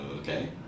Okay